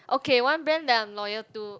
okay one brand that I'm loyal to